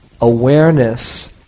awareness